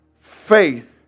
faith